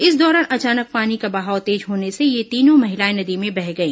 इस दौरान अचानक पानी का बहाव तेज होने से ये तीनों महिलाएं नदी में बह गई